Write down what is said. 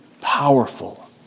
powerful